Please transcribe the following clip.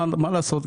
מה לעשות,